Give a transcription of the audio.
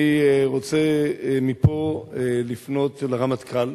אני רוצה מפה לפנות לרמטכ"ל,